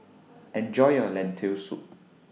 Enjoy your Lentil Soup